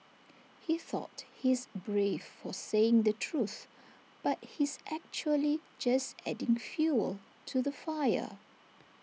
he thought he's brave for saying the truth but he's actually just adding fuel to the fire